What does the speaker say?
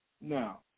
Now